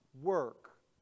work